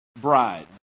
Bride